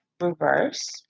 reverse